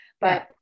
but-